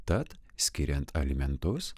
tad skiriant alimentus